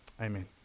amen